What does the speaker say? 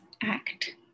act